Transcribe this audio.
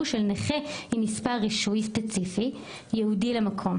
של נכה עם מספר רישוי ספציפי ייעודי למקום.